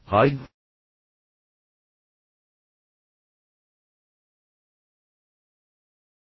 hi